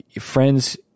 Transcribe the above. friends